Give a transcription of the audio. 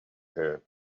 her